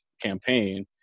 campaign